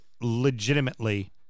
Legitimately